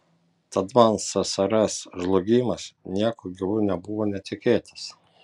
tad man ssrs žlugimas nieku gyvu nebuvo netikėtas